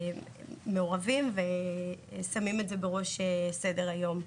שמעורב ושם את זה בראש סדר היום.